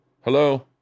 Hello